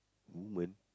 woman